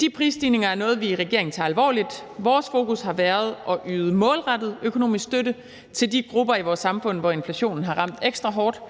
De prisstigninger er noget, vi i regeringen tager alvorligt. Vores fokus har været at yde målrettet økonomisk støtte til de grupper i vores samfund, som inflationen har ramt ekstra hårdt,